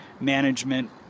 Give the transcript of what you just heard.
management